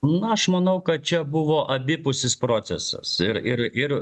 na aš manau kad čia buvo abipusis procesas ir ir ir